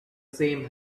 same